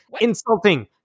insulting